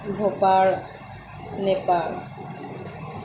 Bhopal Nepal